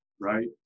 right